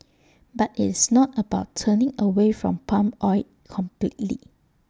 but IT is not about turning away from palm oil completely